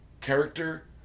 character